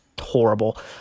horrible